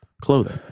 clothing